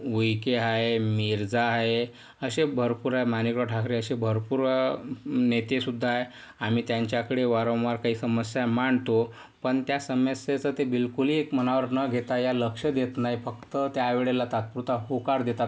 विखे आहे मिर्झा आहे असे भरपूर आहे माणिकराव ठाकरे असे भरपूर नेतेसुद्धा आहे आम्ही त्यांच्याकडे वारंवार काही समस्या मांडतो पण त्या समस्येचं ते बिलकुलही एक मनावर न घेता या लक्ष देत नाही फक्त त्या वेळेला तात्पुरता होकार देतात